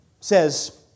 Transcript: says